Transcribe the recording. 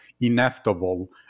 inevitable